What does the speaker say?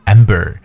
Amber